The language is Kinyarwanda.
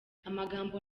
amagambo